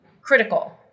critical